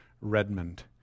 Redmond